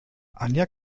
anja